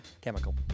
chemical